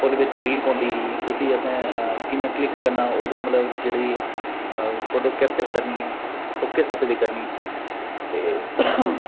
ओह्दे च इक्क रील पौंदी ही ते उसी असें मतलब कि'यां क्लिक करना ओह्दे मतलब फोटो केप्चर करनी ऐ ओह् किस स्हाबै दी करनी ऐ